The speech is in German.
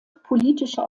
politische